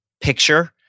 picture